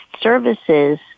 services